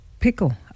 pickle